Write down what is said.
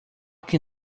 can